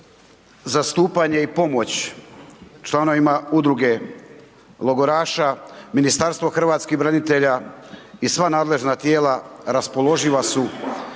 zastupanje i pomoć članovima udruge logoraša Ministarstvo hrvatskih branitelja i sva nadležna tijela raspoloživa su